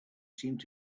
seemed